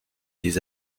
des